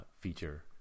feature